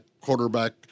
quarterback